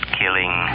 killing